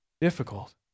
difficult